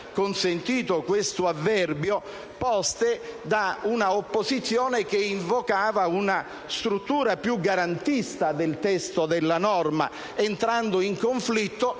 consentito questo avverbio - poste da una opposizione che invocava una struttura più garantista del testo della norma, entrando in conflitto,